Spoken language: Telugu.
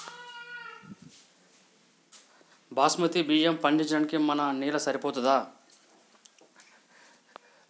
బాస్మతి బియ్యం పండించడానికి మన నేల సరిపోతదా?